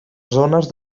zones